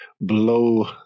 blow